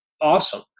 awesome